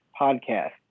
podcast